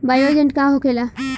Bio agent का होखेला?